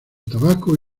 tabaco